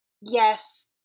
Yes